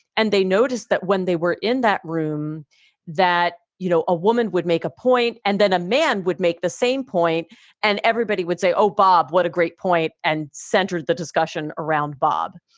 and they noticed that when they were in that room that you know a woman would make a point and then a man would make the same point and everybody would say, oh, bob, what a great point. and centered the discussion around bob.